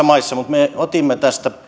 maissa me otimme